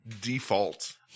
default